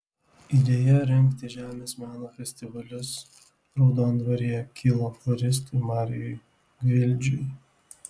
idėja rengti žemės meno festivalius raudondvaryje kilo floristui marijui gvildžiui